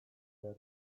behar